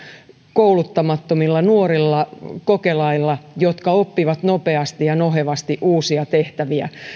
kouluttamattomilla nuorilla kokelailla jotka oppivat nopeasti ja nohevasti uusia tehtäviä